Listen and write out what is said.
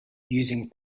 using